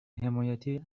حمایتی